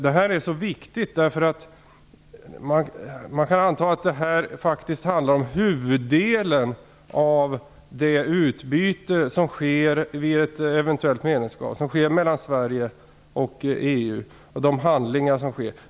Detta är viktigt eftersom man kan anta att det faktiskt handlar om huvuddelen av det utbyte som sker mellan Sverige och EU vid ett eventuellt medlemskap.